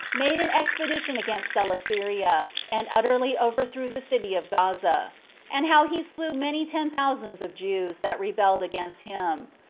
made an expedition against coelesyria, and utterly overthrew the city of gaza and how he slew many ten thousands of jews that rebelled against him.